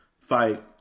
fight